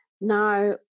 Now